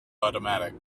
automatic